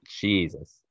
Jesus